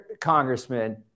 congressman